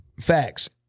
Facts